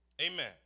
Amen